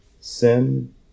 sin